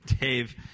Dave